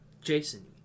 Jason